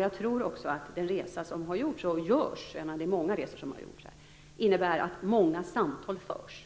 Jag tror också att de resor som har gjorts och görs - det är många resor - innebär att många samtal förs.